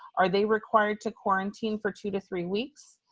are they required to quarantine for two to three weeks?